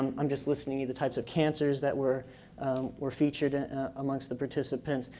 i'm just listing the the types of cancers that were were featured amongst the participants.